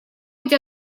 быть